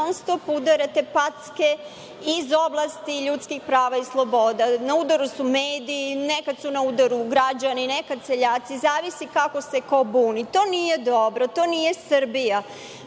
non-stop udarate packe iz oblasti ljudskih prava i sloboda. Na udaru su mediji, nekad su na udaru građani, nekad seljaci, zavisi kako se ko buni. To nije dobro. To nije Srbija.